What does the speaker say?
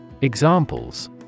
Examples